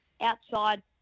outside